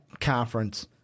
conference